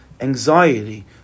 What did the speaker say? anxiety